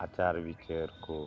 ᱟᱪᱟᱨᱼᱵᱤᱪᱟᱹᱨ ᱠᱚ